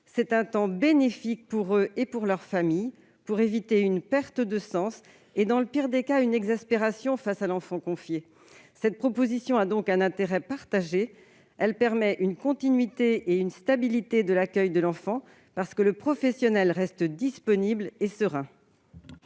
C'est un temps bénéfique pour eux et pour leurs familles, qui permet d'éviter une perte de sens et, dans le pire des cas, une exaspération face à l'enfant confié. Cette proposition a donc un intérêt partagé. Surtout, elle permet une continuité et une stabilité de l'accueil de l'enfant, parce que le professionnel reste disponible et serein.